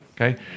okay